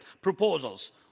proposals